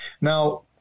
Now